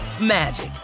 magic